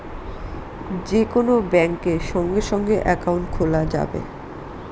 যে কোন ব্যাঙ্কে সঙ্গে সঙ্গে একাউন্ট খোলা যাবে